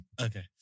Okay